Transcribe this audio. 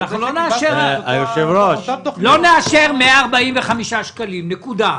לא נאשר 145 שקלים, נקודה,